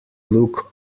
look